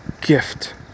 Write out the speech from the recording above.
gift